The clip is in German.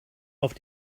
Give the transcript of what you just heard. auf